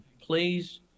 please